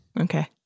okay